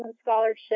scholarship